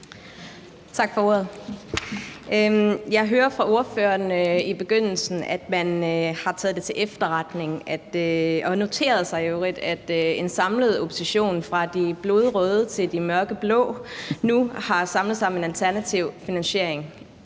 Tak for ordet. Jeg hører på ordføreren i begyndelsen, at man har taget det til efterretning og i øvrigt noteret sig, at en opposition fra det blodrøde til det mørkeblå nu har samlet sig om en alternativ finansiering